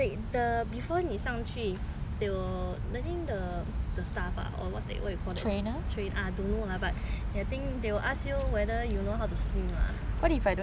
they will I think the the staff ah or what you what you call that ah don't know lah but I think they will ask you whether you know how to swim lah 你不会游泳就 sorry